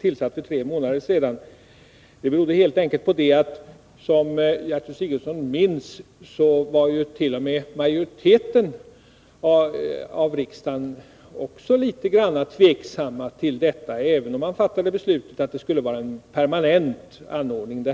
tillsattes för tre månader sedan berodde helt enkelt på att — som Gertrud Sigurdsen säkert minns —t.o.m. majoriteten av riksdagens ledamöter var litet tveksam till lördagsstängda butiker, även om man fattade beslutet att det skulle vara en permanent ordning.